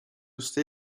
stay